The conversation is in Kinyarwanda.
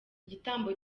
igitambo